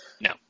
No